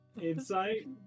insight